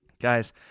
Guys